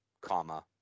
comma